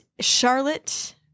Charlotte